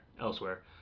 elsewhere